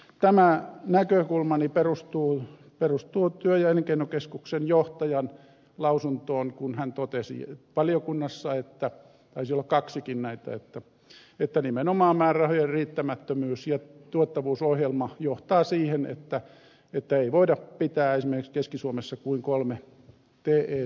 tämä näkökulmani perustuu työ ja elinkeinokeskuksen johtajan lausuntoon kun hän totesi valiokunnassa näitä taisi olla kaksikin että nimenomaan määrärahojen riittämättömyys ja tuottavuusohjelma johtavat siihen että ei voida pitää esimerkiksi keski suomessa kuin kolme te toimistoa